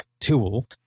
tool